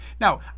Now